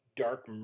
Dark